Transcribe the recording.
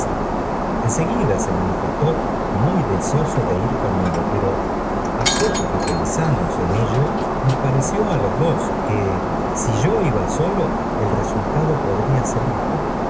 seguida se manifestó muy deseoso de ir conmigo pero á poco que pensamos en ello nos pareció á los dos que si yo iba solo el resultado podría ser mejor